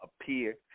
appear